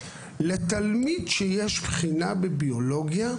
אמרנו: לתלמיד שיש בחינה בביולוגיה,